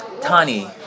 Tani